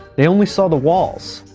they only saw the walls.